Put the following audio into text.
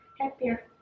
happier